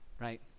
Right